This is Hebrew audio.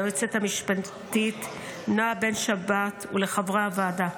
ליועצת המשפטית נועה בן שבת ולחברי הוועדה.